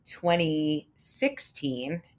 2016